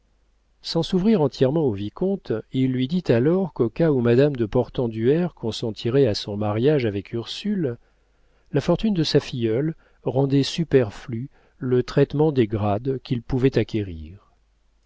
sans s'ouvrir entièrement au vicomte il lui dit alors qu'au cas où madame de portenduère consentirait à son mariage avec ursule la fortune de sa filleule rendait superflu le traitement des grades qu'il pouvait acquérir